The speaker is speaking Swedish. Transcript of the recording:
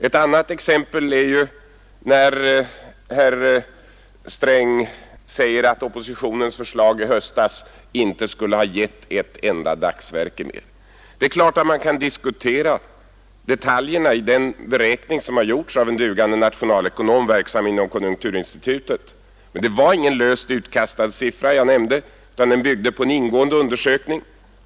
Ett annat exempel är ju herr Strängs uttalande att oppositionens förslag i höstas inte skulle ha gett ett enda dagsverke mer. Det är klart att man kan diskutera detaljerna i den beräkning som har gjorts av en dugande nationalekonom, verksam inom konjunkturinstitutet. Det var alls ingen löst utkastad siffra jag nämnde. Den byggde på en ingående undersökning.